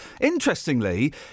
Interestingly